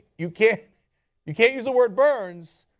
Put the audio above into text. you can't you can't use the word burns.